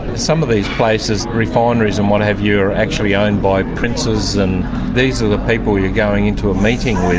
some of these places, the refineries and what have you are actually owned by princes, and these are the people you're going into a meeting with.